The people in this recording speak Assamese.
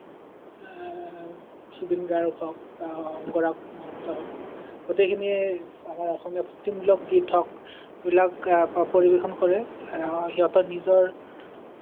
জুবিন গাৰ্গ হওঁক বা অংগৰাগ মহন্ত হওঁক গোটেইখিনিয়ে আমাৰ অসমীয়া ভক্তিমূলক গীত হওঁক সেইবিলাক পৰিৱেশন কৰে সিহঁতৰ নিজৰ